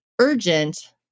urgent